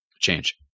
change